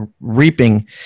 reaping